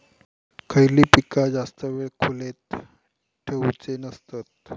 खयली पीका जास्त वेळ खोल्येत ठेवूचे नसतत?